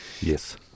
Yes